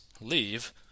leave